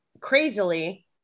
crazily